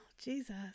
Jesus